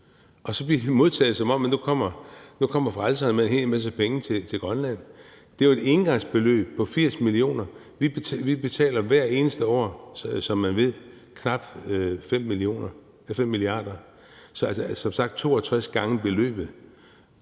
Og så bliver det modtaget, som om at nu kommer frelseren med en hel masse penge til Grønland. Det er jo et engangsbeløb på 80 mio. kr. Vi betaler hvert eneste år, som man ved, knap 5 mia. kr., som sagt 62 gange beløbet.